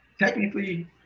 Technically